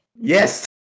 Yes